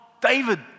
David